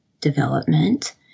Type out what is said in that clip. development